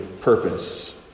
purpose